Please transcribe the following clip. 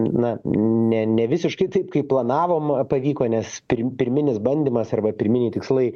na ne nevisiškai taip kaip planavom pavyko nes pirm pirminis bandymas arba pirminiai tikslai